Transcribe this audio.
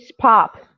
pop